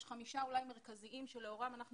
יש חמישה אולי מרכזיים שלאורם אנחנו